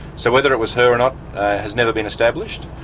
so whether it was her or not has never been established,